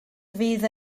fydd